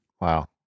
Wow